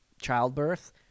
childbirth